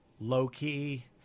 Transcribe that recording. low-key